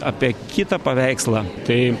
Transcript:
apie kitą paveikslą tai